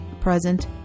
present